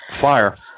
fire